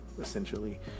essentially